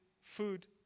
food